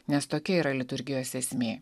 nes tokia yra liturgijos esmė